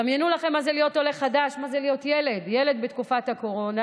דמיינו לכם מה זה להיות ילד עולה חדש בתקופת הקורונה.